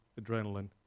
adrenaline